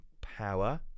power